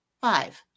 Five